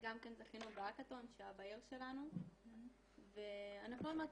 גם כן זכינו בהאקתון שהיה בעיר שלנו ואנחנו עוד מעט